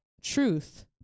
truth